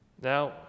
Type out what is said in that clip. Now